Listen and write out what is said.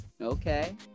Okay